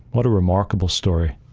what a remarkable story.